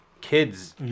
kids